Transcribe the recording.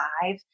five